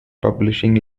publishing